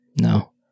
No